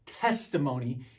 testimony